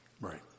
right